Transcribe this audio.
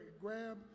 grab